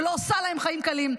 שלא עושה להם חיים קלים.